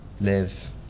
live